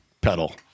pedal